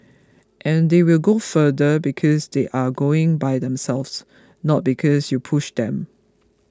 and they will go further because they are going by themselves not because you pushed them